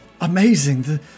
amazing